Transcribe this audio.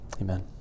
Amen